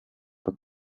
per